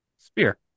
Spear